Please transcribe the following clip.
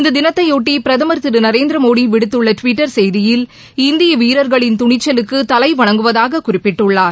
இந்த தினத்தையொட்டி பிரதமர் திரு நரேந்திரமோடி விடுத்துள்ள டுவிட்டர் செய்தியில் இந்திய வீரர்களின் துணிச்சலுக்கு தலைவணங்குவதாகக் குறிப்பிட்டுள்ளார்